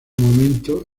momento